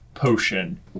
potion